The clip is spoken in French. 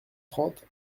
trente